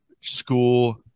School